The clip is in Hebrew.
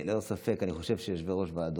ללא ספק אני חושב שיושבי-ראש ועדות,